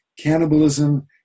cannibalism